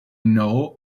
know